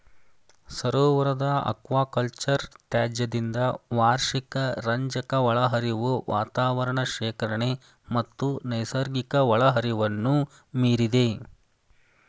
ಸರೋವರದ ಅಕ್ವಾಕಲ್ಚರ್ ತ್ಯಾಜ್ಯದಿಂದ ವಾರ್ಷಿಕ ರಂಜಕ ಒಳಹರಿವು ವಾತಾವರಣ ಶೇಖರಣೆ ಮತ್ತು ನೈಸರ್ಗಿಕ ಒಳಹರಿವನ್ನು ಮೀರಿದೆ